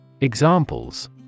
Examples